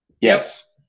Yes